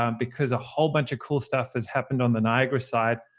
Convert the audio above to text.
um because a whole bunch of cool stuff has happened on the niagara side,